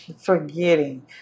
forgetting